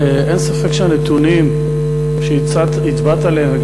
אין ספק שהנתונים שהצבעת עליהם,